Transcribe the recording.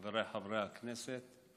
חבריי חברי הכנסת,